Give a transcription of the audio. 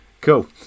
Cool